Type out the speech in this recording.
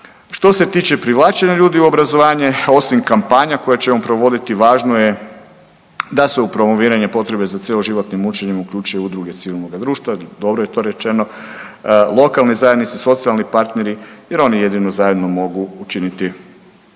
Što se tiče privlačenja ljudi u obrazovanje, osim kampanja koje ćemo provoditi, važno je da se u promoviranje potrebe za cjeloživotnim učenjem uključe udruge civilnoga društva. Dobro je to rečeno. Lokalne zajednice, socijalni partneri jer oni jedino zajedno mogu učiniti